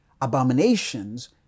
abominations